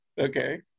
okay